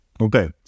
Okay